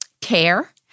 care